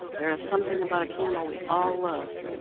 there is something about a candle we all love.